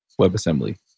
WebAssembly